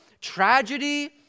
tragedy